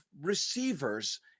receivers –